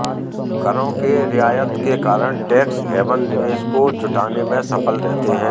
करों के रियायत के कारण टैक्स हैवन निवेश को जुटाने में सफल रहते हैं